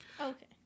okay